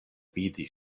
vidi